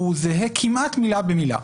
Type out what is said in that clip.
הוא זהה כמעט מילה במילה.